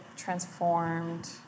transformed